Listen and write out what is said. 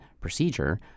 procedure